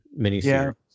miniseries